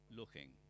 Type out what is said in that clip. looking